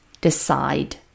Decide